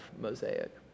Mosaic